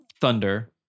thunder